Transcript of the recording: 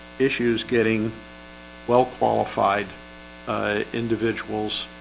issues getting well qualified individuals